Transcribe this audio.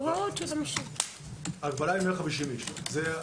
ההגבלה היא 150 אנשים.